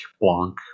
Blanc